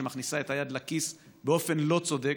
שמכניסה את היד לכיס באופן לא צודק,